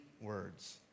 words